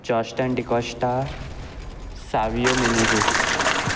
Justin D'Costa Savio Menezes